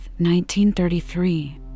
1933